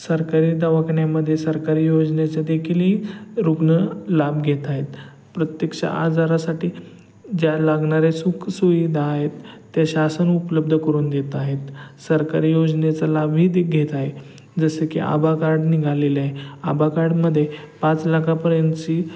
सरकारी दवाखान्यामध्ये सरकारी योजनेचं देखील रुग्ण लाभ घेत आहेत प्रत्यक्ष आजारासाठी ज्या लागणाऱ्या सुख सुविधा आहेत त्या शासन उपलब्ध करून देत आहेत सरकारी योजनेचा लाभही दि घेत आहे जसं की आभा कार्ड निघालेलं आहे आभा कार्डमध्ये पाच लाखापर्यंतची